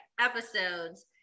episodes